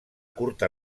curta